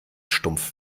stumpf